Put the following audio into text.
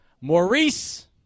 Maurice